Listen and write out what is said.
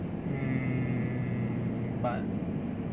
mm but